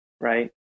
right